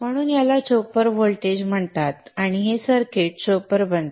म्हणून त्याला chopper voltage म्हणतात आणि हे सर्किट चोपर बनते